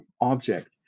object